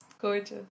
Gorgeous